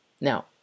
Now